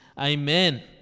amen